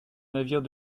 navire